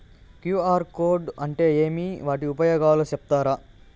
QR code అంటే ఏమి వాటి ఉపయోగాలు సెప్తారా?